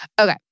Okay